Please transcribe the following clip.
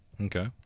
Okay